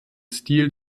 stil